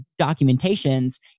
documentations